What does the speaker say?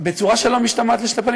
בצורה שלא משתמעת לשתי פנים,